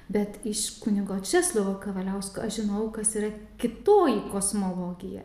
bet iš kunigo česlovo kavaliausko aš žinau kas yra kitoji kosmologija